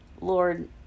Lord